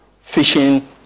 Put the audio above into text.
fishing